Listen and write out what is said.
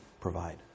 provide